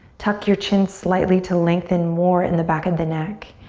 tuck your chin slightly to lengthen more in the back of the neck,